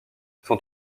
sont